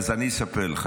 אז אני אספר לך.